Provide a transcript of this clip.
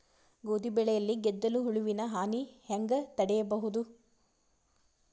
ಗೋಧಿ ಬೆಳೆಯಲ್ಲಿ ಗೆದ್ದಲು ಹುಳುವಿನ ಹಾನಿ ಹೆಂಗ ತಡೆಬಹುದು?